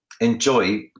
enjoy